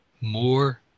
more